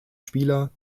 spieler